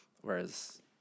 whereas